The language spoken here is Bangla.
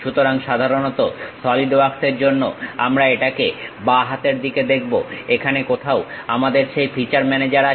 সুতরাং সাধারণত সলিড ওয়ার্কস এর জন্য আমরা এটাকে বা হাতের দিকে দেখব এখানে কোথাও আমাদের সেই ফিচার ম্যানেজার আছে